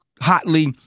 hotly